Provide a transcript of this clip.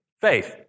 Faith